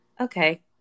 okay